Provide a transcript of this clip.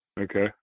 Okay